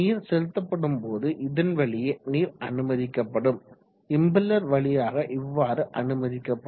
நீர் செலுத்தப்படும் போது இதன் வழியே நீர் அனுமதிக்கப்படும் இம்பெல்லர் வழியாக இவ்வாறு அனுமதிக்கப்படும்